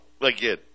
again